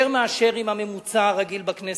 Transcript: יותר מאשר הממוצע הרגיל בכנסת,